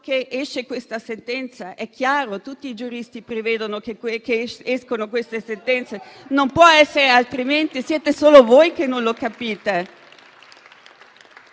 uscita questa sentenza. È chiaro: tutti i giuristi prevedono che escano queste sentenze, e non può essere altrimenti; siete solo voi che non lo capite.